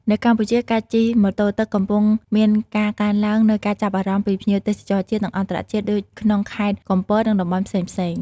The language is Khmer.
នៅកម្ពុជា ការជិះម៉ូតូទឹកកំពុងមានការកើនឡើងនូវការចាប់អារម្មណ៍ពីភ្ញៀវទេសចរជាតិ និងអន្ដរជាតិ ដូចក្នុងខេត្តកំពត និងតំបន់ផ្សេងៗ។